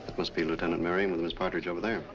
but must be lieutenant merriam and miss pattridge over there.